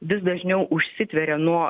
vis dažniau užsitveria nuo